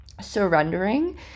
surrendering